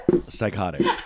Psychotic